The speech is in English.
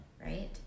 right